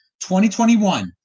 2021